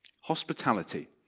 Hospitality